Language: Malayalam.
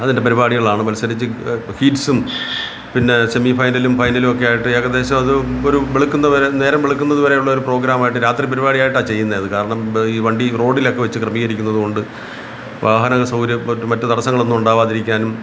അതിന്റെ പരിപാടികളാണ് മത്സരിച്ച് ഹീറ്റ്സും പിന്നെ സെമി ഫൈനലും ഫൈനലുമൊക്കെ ആയിട്ട് ഏകദേശമത് ഒരു വെളുക്കുന്നതുവരെ നേരം വെളുക്കുന്നത് വരെയുള്ളൊരു പ്രോഗ്രാമായിട്ട് രാത്രി പരിപാടിയായിട്ടാണ് ചെയ്യുന്നെ അത് കാരണം ഈ വണ്ടി റോഡിലൊക്കെ വച്ച് ക്രമീകരിക്കുന്നതുകൊണ്ട് വാഹന സൗകര്യം മ മറ്റു തടസ്സങ്ങളൊന്നുമുണ്ടാവാതിരിക്കാനും